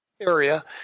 area